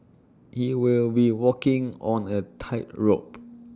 he will be walking on A tightrope